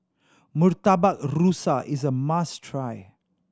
Murtabak Rusa is a must try